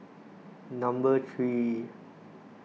number three